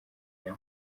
rya